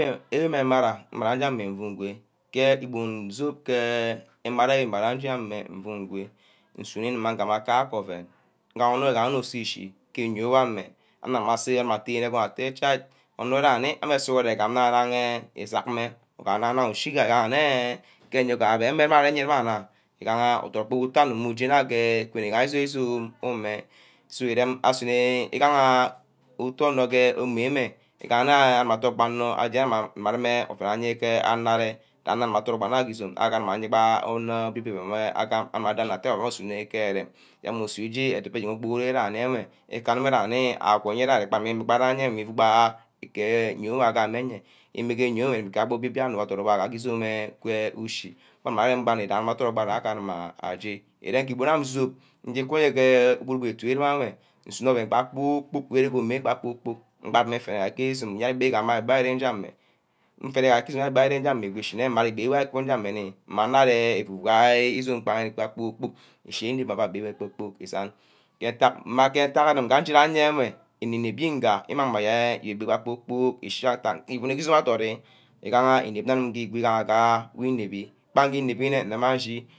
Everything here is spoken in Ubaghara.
Ke wor meh amara mmara ayeana mfu ngwe ke igbon izome ke imara wi mara jawa nje good nsunkr mma, nguburu kake ouen igaha onor, igaha onor useh useh ke eyio wammeh anor aguma atteh chai onkr gamin amah sughauren ijagha nuna isack meh, igana-na ishiga, igaha neh ke eyio igamabe ayi gba nna, agama odun ke kpor kpork agam ugu je ah good igaha izome-izome umeh so irem asunor igaha otu anor gee ume-meh igaha nna yene abah dug banor aje min amah rumeh ouen aye ke anor arear ganim ador meh gba nna gear izome, agameh aye bah ankr obio boi ouen agam, anor atte ouen usunor mma geh ereme yen ama isunor ije edibor ediba okpor koro ga ye nwe, ika wor erene fu yene ari gam iuugi, vugu keh euugi ke agama eyeah mma obio-obio onor wor adordor agam ke izome eh gee ke ushi, uameh agam gba onor idot adurk mma gbe agama aje ireme ke ibum awin ge zup njikuhe gee ke otu enwe isunor gba ouen beh kpor-kpork vere good mmeh kpor-kpork mband mmeh nfene isun abeh reme gee ameh, infene gbag igeh izome amegor ishineh gbaye gameh mmanor ke ngwehe izome bagi bageh meh kpor-kpork ishi enwe abbeh guma abeh kpor-kpork isani ke ntack meh keh agim aje enwe ene-nebi igam, imang meh ayibe ebi-bi è meh eshi akai, iguneh ke izume agaree, igaha gbang gee ah inebi gbange inebbi yene bang ngee neh